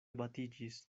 batiĝis